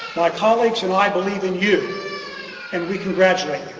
my colleagues and i believe in you and we congratulate